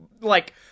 like-